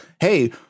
hey